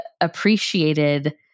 appreciated